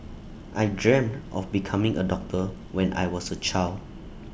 I dreamt of becoming A doctor when I was A child